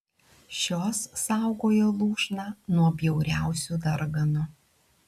šios saugojo lūšną nuo bjauriausių darganų